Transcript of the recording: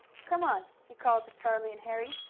come on, he called to charlie and harry.